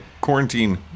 quarantine